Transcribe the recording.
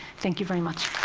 thank you very much.